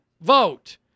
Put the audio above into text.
vote